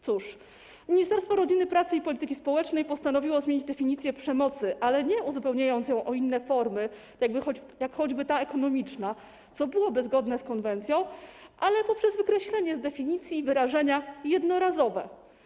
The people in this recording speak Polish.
Cóż, Ministerstwo Rodziny, Pracy i Polityki Społecznej postanowiło zmienić definicję przemocy, ale nie uzupełniając ją o inne formy - jak choćby ta ekonomiczna, co byłoby zgodne z konwencją - lecz poprzez wykreślenie z definicji wyrażenia: „jednorazowe”